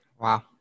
Wow